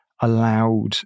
allowed